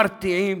מרתיעים,